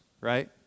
right